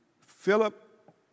Philip